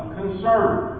concerned